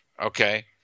Okay